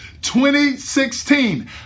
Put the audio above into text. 2016